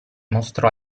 mostrò